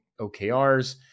OKRs